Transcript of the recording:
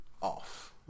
off